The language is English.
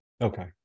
Okay